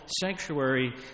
sanctuary